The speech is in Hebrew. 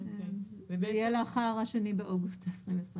זה יהיה לאחר ה-2/8/21.